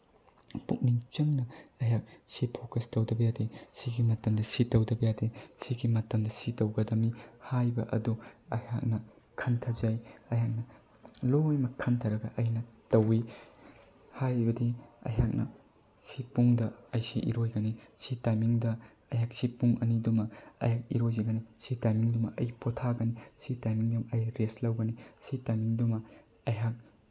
ꯄꯨꯛꯅꯤꯡ ꯆꯪꯅ ꯑꯩꯍꯥꯛ ꯁꯤ ꯐꯣꯀꯁ ꯇꯧꯗꯕ ꯌꯥꯗꯦ ꯁꯤꯒꯤ ꯃꯇꯝꯗ ꯁꯤ ꯇꯧꯗꯕ ꯌꯥꯗꯦ ꯁꯤꯒꯤ ꯃꯇꯝꯗ ꯁꯤ ꯇꯧꯒꯗꯝꯅꯤ ꯍꯥꯏꯕ ꯑꯗꯨ ꯑꯩꯍꯥꯛꯅ ꯈꯟꯊꯖꯩ ꯑꯩꯍꯥꯛꯅ ꯂꯣꯏꯃꯛ ꯈꯟꯊꯔꯒ ꯑꯩꯅ ꯇꯧꯋꯤ ꯍꯥꯏꯕꯗꯤ ꯑꯩꯍꯥꯛꯅ ꯁꯤ ꯄꯨꯡꯗ ꯑꯩ ꯁꯤ ꯏꯔꯣꯏꯒꯅꯤ ꯁꯤ ꯇꯥꯏꯃꯤꯡꯗ ꯑꯩꯍꯥꯛ ꯁꯤ ꯄꯨꯡ ꯑꯅꯤꯗꯨ ꯑꯃ ꯑꯩꯍꯥꯛ ꯏꯔꯣꯏꯖꯒꯅꯤ ꯁꯤ ꯇꯥꯏꯃꯤꯡꯗꯨ ꯑꯃ ꯑꯩ ꯄꯣꯊꯥꯒꯅꯤ ꯁꯤ ꯇꯥꯏꯃꯤꯡꯗꯨ ꯑꯃ ꯑꯩ ꯔꯦꯁ ꯂꯧꯒꯅꯤ ꯁꯤ ꯇꯥꯏꯃꯤꯡꯗꯨ ꯑꯃ ꯑꯩꯍꯥꯛ